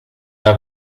der